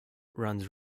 runs